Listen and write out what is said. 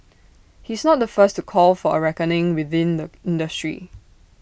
he's not the first to call for A reckoning within the industry